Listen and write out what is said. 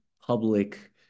public